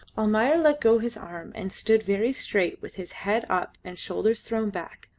almayer let go his arm and stood very straight with his head up and shoulders thrown back,